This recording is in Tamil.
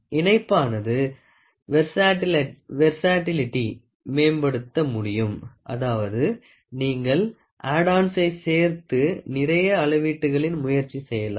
இணைப்பபானது வெர்சட்டிலிட்டியினை மேம்படுத்த முடியும் அதாவது நீங்கள் ஆட் ஆன்சை சேர்த்து நிறைய அளவீட்டுகளில் முயற்சி செய்யலாம்